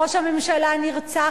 ראש הממשלה נרצח.